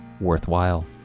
worthwhile